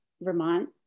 Vermont